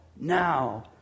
Now